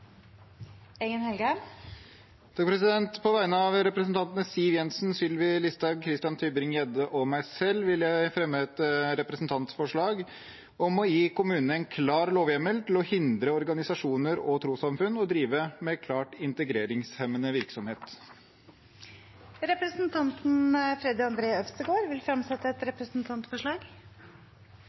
På vegne av representantene Siv Jensen, Sylvi Listhaug, Christian Tybring-Gjedde og meg selv vil jeg framsette et representantforslag om å gi kommunene en klar lovhjemmel til å hindre organisasjoner og trossamfunn i å drive med klar integreringshemmende virksomhet. Representanten Freddy André Øvstegård vil fremsette et representantforslag.